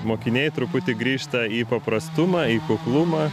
mokiniai truputį grįžta į paprastumą į kuklumą